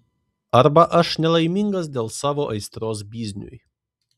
arba aš nelaimingas dėl savo aistros bizniui